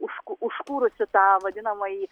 užku užkūrusi tą vadinamąjį